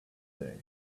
day